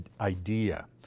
idea